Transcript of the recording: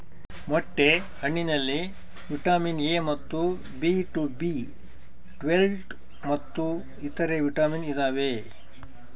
ಮೊಟ್ಟೆ ಹಣ್ಣಿನಲ್ಲಿ vitamin A ಮತ್ತು ಬಿ ಟು ಬಿ ಟ್ವೇಲ್ವ್ ಮತ್ತು ಇತರೆ ವಿಟಾಮಿನ್ ಇದಾವೆ